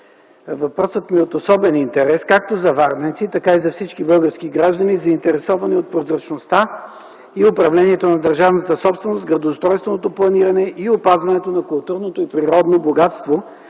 Въпросът ми е от особен интерес както за варненци, така и за всички български граждани, заинтересовани от прозрачността и управлението на държавната собственост, градоустройственото планиране и опазването на културното и природно богатство